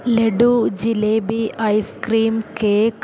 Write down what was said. laddu jalebi ice cream cake